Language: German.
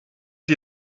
die